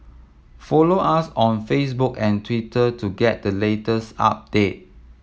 follow us on Facebook and Twitter to get the latest update